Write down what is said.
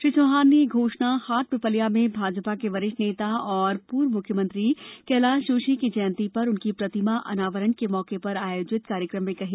श्री चौहान ने यह घोषणा हाटपिपल्या में भाजपा के वरिष्ठ नेता और पूर्व मुख्यमंत्री कैलाश जोशी की जयंती पर उनकी प्रतिमा अनावरण के मौके पर आयोजित कार्यक्रम में कही